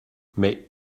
mais